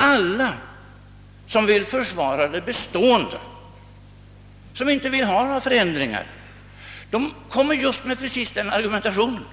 Alla som vill försvara det bestående och som inte önskar några förändringar kommer just precis med denna argumentation,